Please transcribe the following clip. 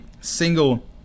single